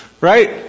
Right